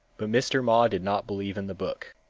but mr. ma did not believe in the book.